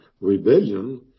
rebellion